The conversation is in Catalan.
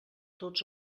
tots